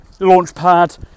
Launchpad